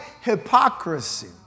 hypocrisy